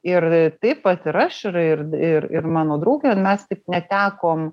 ir taip vat ir aš ir ir ir ir mano draugė mes taip netekom